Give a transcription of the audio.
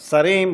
שרים,